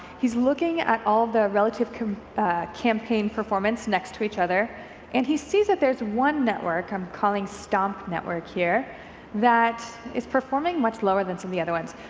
he's looking at all the relative campaign performance next to each other and he sees that there's one network i'm calling stomp network here that is performing much lower than some of the other ones.